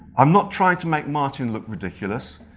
i'm not trying to make martin look ridiculous,